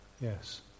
yes